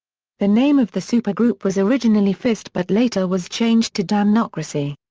the name of the supergroup was originally fist but later was changed to damnocracy.